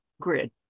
grid